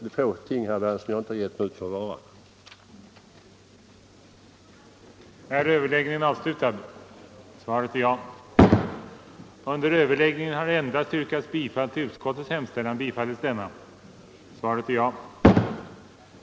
Det hör till de ting här i världen som jag inte skulle kunna ge mig ut för att vara.